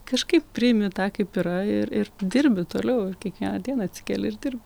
kažkaip priimi tą kaip yra ir ir dirbi toliau ir kiekvieną dieną atsikeli ir dirbi